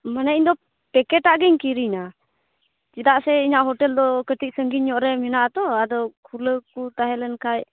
ᱢᱟᱱᱮ ᱤᱧ ᱫᱚ ᱯᱮᱠᱮᱴᱟᱜ ᱜᱤᱧ ᱠᱤᱨᱤᱧᱟ ᱪᱮᱫᱟᱜ ᱥᱮ ᱤᱧᱟᱹᱜ ᱦᱳᱴᱮᱞ ᱫᱚ ᱠᱟᱹᱴᱤᱡ ᱥᱟᱺᱜᱤᱧ ᱧᱚᱜᱨᱮ ᱢᱮᱱᱟᱜᱼᱟ ᱛᱚ ᱟᱫᱚ ᱠᱷᱩᱞᱟᱹᱣ ᱠᱚ ᱛᱟᱦᱮᱸ ᱞᱮᱱᱠᱷᱟᱱ